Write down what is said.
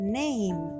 name